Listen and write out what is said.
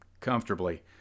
comfortably